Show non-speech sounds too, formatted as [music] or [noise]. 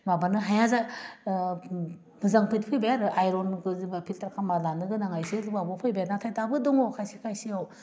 माबानो हाया जा मोजां बायदि फैबाय आरो आइरनखौ जेङो फिलटार खालामना लानो गोनाङा एसे [unintelligible] फैबाय नाथाय दाबो दङ खायसे खायसेआव